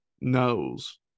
knows